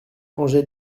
angèle